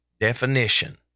definition